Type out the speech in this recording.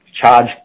charge